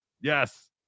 Yes